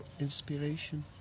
inspiration